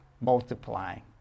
multiplying